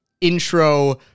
intro